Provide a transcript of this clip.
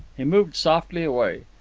he moved softly away.